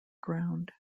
ground